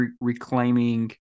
reclaiming